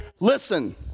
Listen